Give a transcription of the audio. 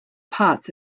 parts